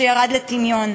שירד לטמיון,